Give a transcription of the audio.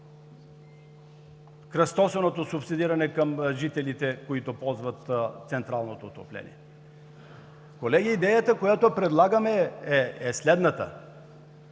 кръстосаното субсидиране към жителите, които ползват централното отопление? Колеги, идеята, която предлагаме, е следната: